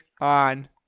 on